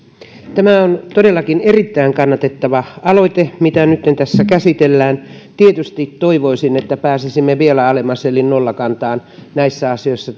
tämä on todellakin erittäin kannatettava aloite mitä nytten tässä käsitellään tietysti toivoisin että pääsisimme vielä alemmas eli nollakantaan näissä asioissa